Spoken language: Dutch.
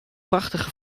prachtige